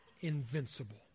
invincible